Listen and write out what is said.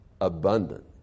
Abundant